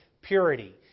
purity